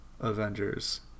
Avengers